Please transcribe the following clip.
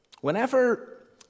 Whenever